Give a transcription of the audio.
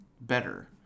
better